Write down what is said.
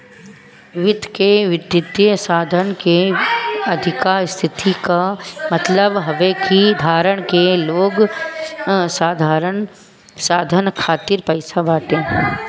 वित्त में वित्तीय साधन के अधिका स्थिति कअ मतलब हवे कि धारक के लगे साधन खातिर पईसा बाटे